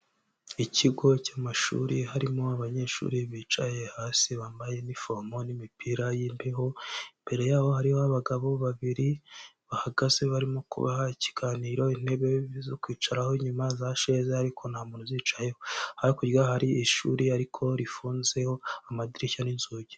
Ikigo cy'amashuri, harimo abanyeshuri bicaye hasi bambaye inifomo n'imipira y'imbeho, imbere yaho hariho abagabo babiri bahagaze barimo kubaha ikiganiro, intebe zo kwicaraho inyuma za sheze ariko nta muntu uzicayeho, hakurya hari ishuri ariko rifunzeho amadirishya n'inzugi.